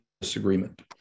disagreement